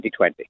2020